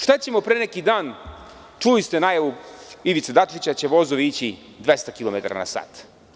Šta ćemo pre neki dan, čuli ste najavu Ivice Dačića da će vozovi ići 200 kilometara na sat.